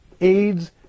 aids